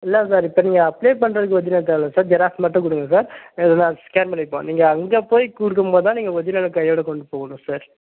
இல்லை சார் இப்போ நீங்கள் அப்ளை பண்ணுறதுக்கு ஒர்ஜினல் தேவையில்ல சார் ஜெராக்ஸ் மட்டும் கொடுங்க சார் இதை நாங்கள் ஸ்கேன் பண்ணிப்போம் நீங்கள் அங்கே போய் கொடுக்கும் போது தான் நீங்கள் ஒர்ஜினலை கையோடு கொண்டுப் போகணும் சார்